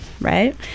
right